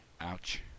Ouch